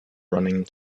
running